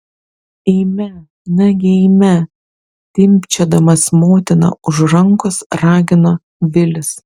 eime nagi eime timpčiodamas motiną už rankos ragino vilis